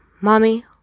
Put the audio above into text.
Mommy